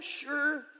sure